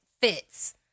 fits